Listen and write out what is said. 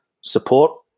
support